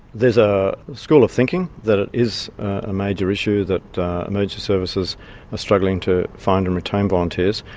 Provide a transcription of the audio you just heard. there is a school of thinking that ah is a major issue that emergency services are struggling to find and retain volunteers.